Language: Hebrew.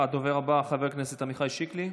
הדובר הבא, חבר הכנסת עמיחי שיקלי,